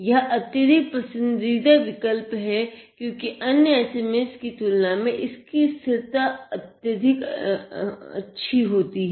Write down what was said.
यह अत्यधिक पसंदीदा विकल्प है क्योंकि अन्य SMA's की तुलना में इसकी स्थिरता अधिक अच्छी है